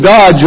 God